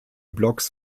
blocks